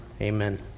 Amen